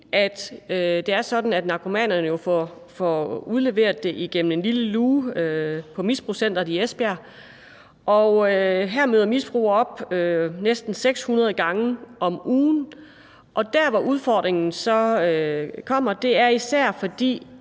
Det er sådan, at narkomanerne får det udleveret igennem en lille luge på misbrugscenteret i Esbjerg, og her møder misbrugere op næsten 600 gange om ugen, og udfordringen opstår så, især fordi